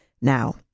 now